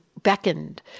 beckoned